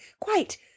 Quite